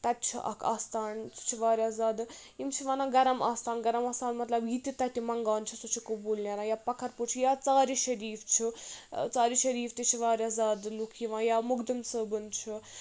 تَتہِ چھُ اکھ آستان سُہ چھِ واریاہ زیادٕ یِم چھِ وَنان گَرَم آستان گَرَم آستان مطلب یہِ تہِ تَتہِ منٛگان چھِ سُہ چھُ قبوٗل نیران یا پَخر پوٚر چھُ یا ژارِ شریٖف چھُ ژارِ شریٖف تہِ چھِ واریاہ زیادٕ لُکھ یِوان یا مُخدم صٲبُن چھُ